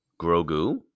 Grogu